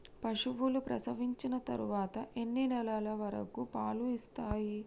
పశువులు ప్రసవించిన తర్వాత ఎన్ని నెలల వరకు పాలు ఇస్తాయి?